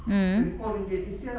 mm